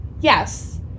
yes